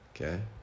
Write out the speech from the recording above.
okay